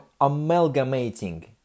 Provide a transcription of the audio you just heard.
amalgamating